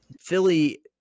Philly